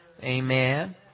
amen